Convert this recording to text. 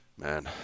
man